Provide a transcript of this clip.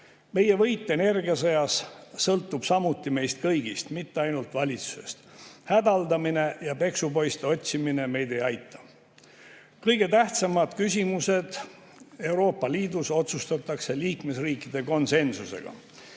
Meie võit energiasõjas sõltub samuti meist kõigist, mitte ainult valitsusest. Hädaldamine ja peksupoiste otsimine meid ei aita. Kõige tähtsamad küsimused Euroopa Liidus otsustatakse liikmesriikide konsensusega.